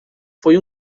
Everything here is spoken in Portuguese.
foi